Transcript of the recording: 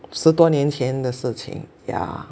十多年前的事情 yeah